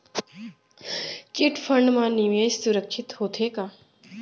Chit fund मा निवेश सुरक्षित होथे का?